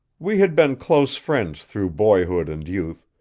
we had been close friends through boyhood and youth,